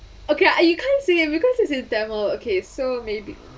okay I you can't say him because he's a devil okay so maybe